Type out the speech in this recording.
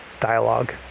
dialogue